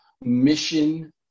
mission